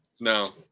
No